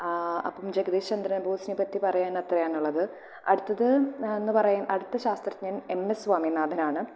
അപ്പം ജഗതീഷ് ചന്ദ്ര ബോസിനെ പറ്റി പറയാൻ അത്രയാണ് ഉള്ളത് അടുത്തത് എന്നുപറയാൻ അടുത്ത ശാസ്ത്രജ്ഞൻ എമ് എസ് സ്വാമിനാഥനാണ്